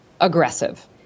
aggressive